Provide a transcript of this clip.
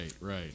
right